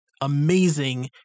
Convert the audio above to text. amazing